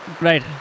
Right